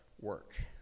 Work